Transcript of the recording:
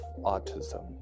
autism